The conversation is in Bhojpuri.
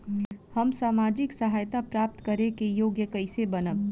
हम सामाजिक सहायता प्राप्त करे के योग्य कइसे बनब?